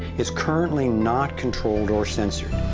is currently not controlled or censored.